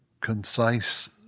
concise